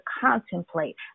contemplate